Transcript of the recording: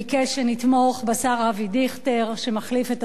בשר אבי דיכטר שמחליף את השר וילנאי.